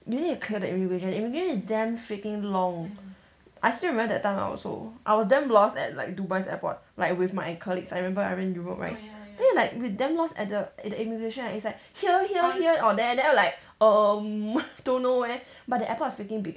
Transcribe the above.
you need to clear the immigration immigration is damn freaking long I still remember that time I also I was damn lost at like dubai's airport like with my colleagues I remember I went europe right then like damn lost at the at the immigration it's like here here here or there then I'm like um don't know where but the airport is freaking big